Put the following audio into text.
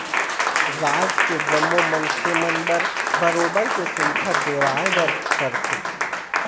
राज के जम्मो मनखे मन बर बरोबर के सुबिधा देवाय बर परथे